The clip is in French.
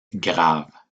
graves